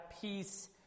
peace